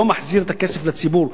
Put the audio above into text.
לא מחזיר את הכסף לציבור,